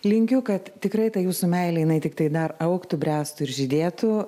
linkiu kad tikrai ta jūsų meilė jinai tiktai dar augtų bręstų ir žydėtų